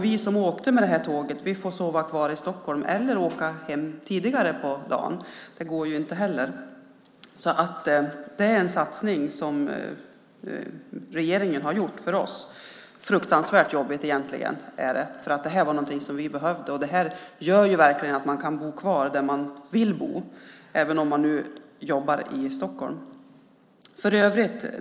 Vi som brukade åka med kvällståget får sova kvar i Stockholm eller åka hem tidigare på dagen. Det går inte heller. Det är regeringens satsning på oss. Det är fruktansvärt jobbigt. Vi behöver vårt tåg. Det gör att man kan bo kvar där man vill bo även om man jobbar i Stockholm.